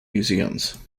museums